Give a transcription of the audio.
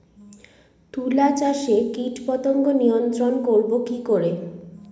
তুলা চাষে কীটপতঙ্গ নিয়ন্ত্রণর করব কি করে?